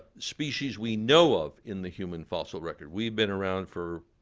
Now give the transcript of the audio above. species we know of in the human fossil record. we've been around for,